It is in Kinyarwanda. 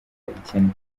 ikennye